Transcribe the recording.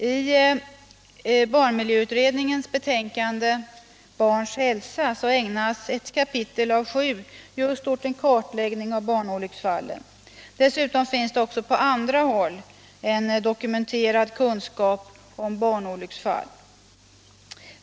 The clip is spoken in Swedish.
I barnmiljöutredningens betänkande Barns hälsa ägnas ett kapitel av sju just åt en kartläggning av barnolycksfallen. Dessutom finns det också på andra håll dokumenterade kunskaper om barnolycksfallen.